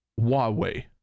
Huawei